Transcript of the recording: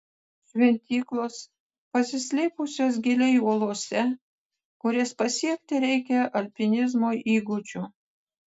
šventyklos pasislėpusios giliai uolose kurias pasiekti reikia alpinizmo įgūdžių